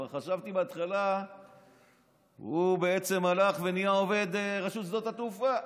כבר חשבתי בהתחלה שהוא בעצם הלך ונהיה עובד רשות שדות התעופה.